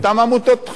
לעשות "מצ'ינגים"